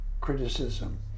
criticism